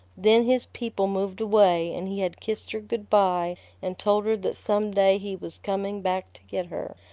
then his people moved away, and he had kissed her good-by and told her that some day he was coming back to get her.